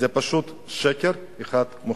זה פשוט שקר אחד מוחלט.